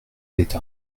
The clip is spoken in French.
d’état